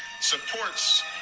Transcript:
supports